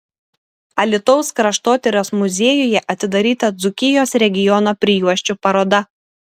alytaus kraštotyros muziejuje atidaryta dzūkijos regiono prijuosčių paroda